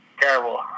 Terrible